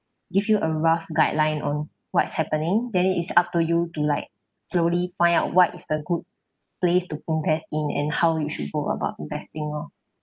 give you a rough guideline on what's happening then it's up to you to like slowly find out what is the good place to invest in and how you should go about investing orh